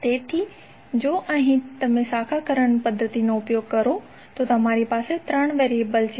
તેથી જો અહીં તમે શાખા કરંટ પદ્ધતિનો ઉપયોગ કરો તો તમારી પાસે 3 વેરીએબલ છે